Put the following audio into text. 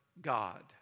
God